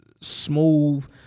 smooth